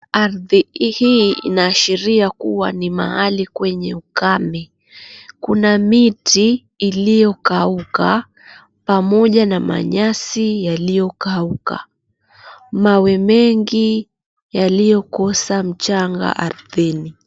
ardhi hii inaashiria kuwa ni mahali kwenye ukame. kuna miti iliyokauka pamoja na manyasi yaliyokauka. Mawe mengi yaliyokosa mchanga ardhini.